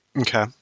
Okay